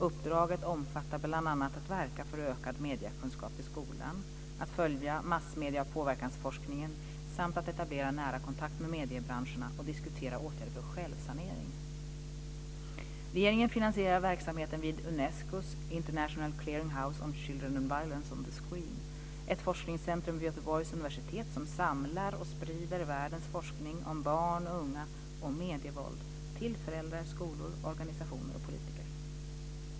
Uppdraget omfattar bl.a. att verka för ökad mediekunskap i skolan, att följa massmedie och påverkansforskningen samt att etablera en nära kontakt med mediebranscherna och diskutera åtgärder för självsanering. Regeringen finansierar verksamheten vid UNESCO International Clearinghouse on Children and Violence on the Screen - ett forskningscentrum vid Göteborgs universitet som samlar och sprider världens forskning om barn och unga och om medievåld till föräldrar, skolor, organisationer och politiker.